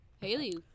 Haley